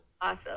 Awesome